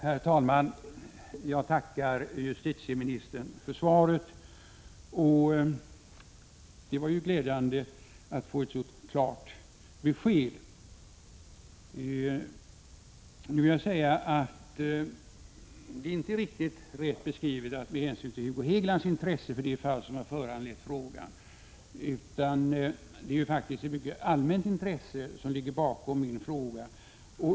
Herr talman! Jag tackar justitieministern för svaret. Det var glädjande att få ett så klart besked. Jag vill emellertid säga att det inte är riktigt rätt beskrivet att det är Hugo Hegelands intresse som har föranlett frågan. Det är faktiskt ett mycket allmänt intresse som ligger bakom min fråga.